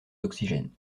d’oxygène